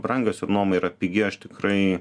brangios ir nuoma yra pigi aš tikrai